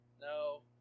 No